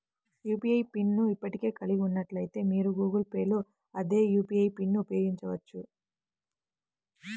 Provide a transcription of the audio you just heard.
UPI PIN ను ఇప్పటికే కలిగి ఉన్నట్లయితే, మీరు గూగుల్ పే లో అదే యూ.పీ.ఐ పిన్ను ఉపయోగించవచ్చు